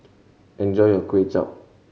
enjoy your Kway Chap